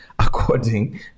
according